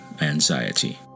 anxiety